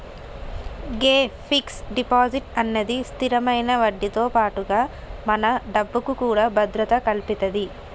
గే fix deposit అన్నది స్థిరమైన వడ్డీతో పాటుగా మన డబ్బుకు కూడా భద్రత కల్పితది